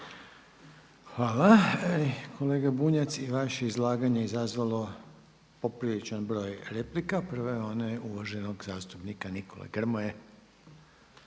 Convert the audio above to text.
Hvala kolega Bunjac. I vaše izlaganje izazvalo je popriličan broj replika. Prva je ona uvaženog zastupnika Nikole Gromoje.